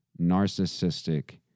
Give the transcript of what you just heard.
narcissistic